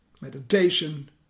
meditation